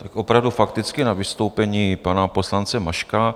Opravdu fakticky na vystoupení pana poslance Maška.